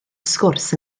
sgwrs